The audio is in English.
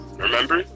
Remember